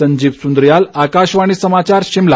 संजीव सुद्रियाल आकाशवाणी समाचार शिमला